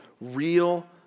real